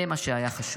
זה מה שהיה חשוב.